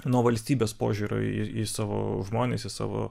nuo valstybės požiūrio į į savo žmones į savo